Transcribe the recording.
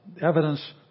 evidence